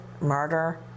murder